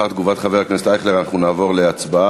לאחר תגובת חבר הכנסת אייכלר אנחנו נעבור להצבעה,